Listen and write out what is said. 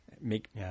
make